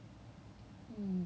how is someone that smart